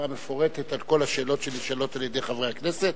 מפורטת על כל השאלות שנשאלות על-ידי חברי הכנסת.